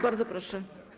Bardzo proszę.